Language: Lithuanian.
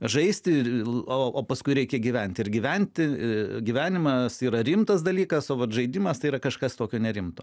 žaisti o paskui reikia gyventi ir gyventi gyvenimas yra rimtas dalykas o vat žaidimas tai yra kažkas tokio nerimto